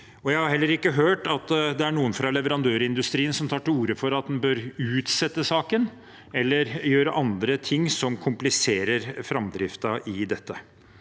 Jeg har heller ikke hørt at det er noen fra leverandørindustrien som tar til orde for at en bør utsette saken eller gjøre andre ting som kompliserer framdriften i dette.